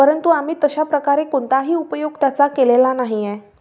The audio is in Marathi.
परंतु आम्ही तशाप्रकारे कोणताही उपयोग त्याचा केलेला नाही आहे